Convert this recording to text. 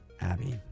Abby